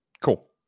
cool